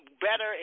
better